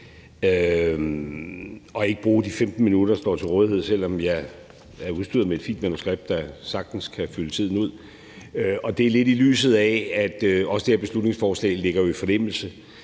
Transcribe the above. og ikke bruge de 15 minutter, der står til rådighed, selv om jeg er udstyret med et fint manuskript, der sagtens kan fylde tiden ud, og det er jo også lidt i lyset af, at det her beslutningsforslag ligger i forlængelse